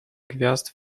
gwiazd